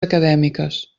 acadèmiques